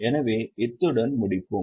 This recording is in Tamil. எனவே இத்துடன் முடிப்போம்